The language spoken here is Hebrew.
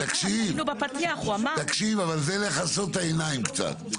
אבל תקשיב זה לכסות את העיניים קצת .